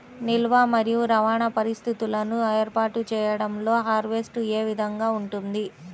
నిల్వ మరియు రవాణా పరిస్థితులను ఏర్పాటు చేయడంలో హార్వెస్ట్ ఏ విధముగా ఉంటుంది?